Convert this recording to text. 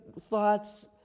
thoughts